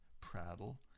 prattle